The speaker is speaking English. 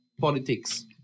politics